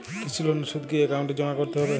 কৃষি লোনের সুদ কি একাউন্টে জমা করতে হবে?